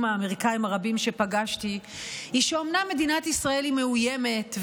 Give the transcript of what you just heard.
האמריקאים הרבים שפגשתי הוא שאומנם מדינת ישראל מאוימת,